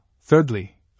Thirdly